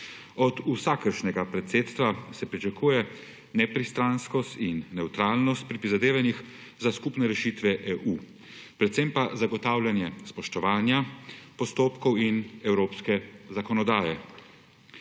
Od vsakršnega predsedstva se pričakuje nepristranskost in nevtralnost pri prizadevanjih za skupne rešitve EU, predvsem pa zagotavljanje spoštovanja postopkov in evropske zakonodaje,